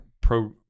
pro